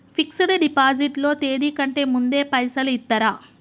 Fix డ్ deposit లో తేది కంటే ముందే పైసలు ఇత్తరా?